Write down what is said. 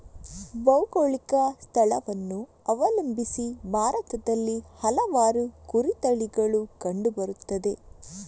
ಭೌಗೋಳಿಕ ಸ್ಥಳವನ್ನು ಅವಲಂಬಿಸಿ ಭಾರತದಲ್ಲಿ ಹಲವಾರು ಕುರಿ ತಳಿಗಳು ಕಂಡು ಬರುತ್ತವೆ